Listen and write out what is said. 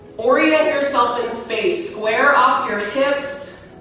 orient yourself in space. square off your hips.